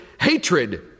hatred